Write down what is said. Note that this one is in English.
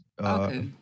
Okay